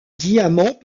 diamant